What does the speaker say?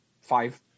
five